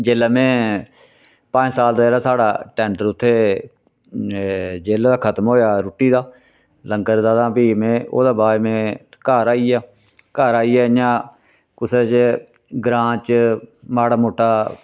जेल्लै में पंज साल दबारा साढ़ा टैंडर उत्थै जेह्लै दा खतम होएआ रुट्टी दा लंगर दा तां फ्ही में ओह्दे बाद च फ्ही में घर आई गेआ घर आइयै इ'यां कुसै च ग्रांऽ च माढ़ा मुट्टा